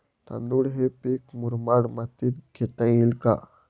तांदूळ हे पीक मुरमाड मातीत घेता येईल का?